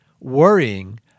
worrying